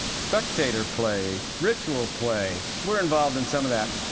spectator play, ritual play we're involved in some of that.